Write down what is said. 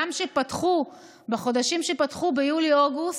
גם כשפתחו, בחודשים שפתחו, ביולי-אוגוסט,